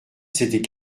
s’était